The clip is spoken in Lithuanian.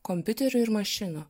kompiuterių ir mašinų